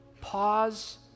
pause